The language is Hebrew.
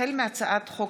החל מהצעת חוק